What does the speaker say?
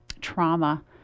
trauma